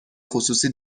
خصوصی